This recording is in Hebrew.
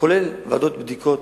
כולל ועדות בדיקה,